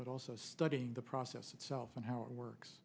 but also studying the process itself and how it works